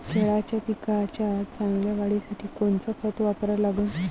केळाच्या पिकाच्या चांगल्या वाढीसाठी कोनचं खत वापरा लागन?